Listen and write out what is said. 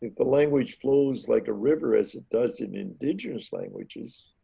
the language flows like a river as it does in indigenous languages,